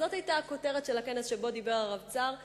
זו היתה הכותרת של הכנס שבו דיבר הרבצ"ר,